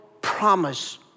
promise